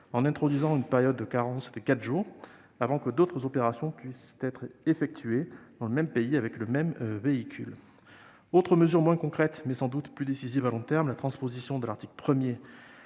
en introduisant une période de carence de quatre jours avant que d'autres opérations puissent être effectuées dans le même pays avec le même véhicule. Une autre mesure, moins concrète, mais sans doute plus décisive à long terme est la transposition de l'article 1